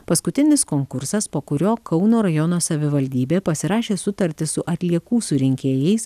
paskutinis konkursas po kurio kauno rajono savivaldybė pasirašė sutartį su atliekų surinkėjais